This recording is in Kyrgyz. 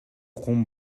кум